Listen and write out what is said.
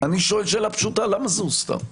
שואל שאלה פשוטה: למה זה הוסתר?